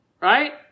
right